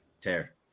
Tear